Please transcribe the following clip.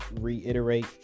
reiterate